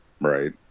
right